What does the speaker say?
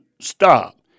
stop